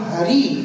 Hari